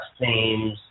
themes